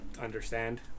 understand